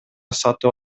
сатып